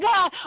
God